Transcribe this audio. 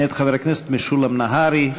מאת חבר הכנסת משולם נהרי.